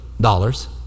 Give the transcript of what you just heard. dollars